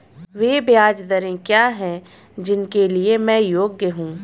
वे ब्याज दरें क्या हैं जिनके लिए मैं योग्य हूँ?